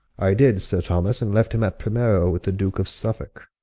i did sir thomas, and left him at primero with the duke of suffolke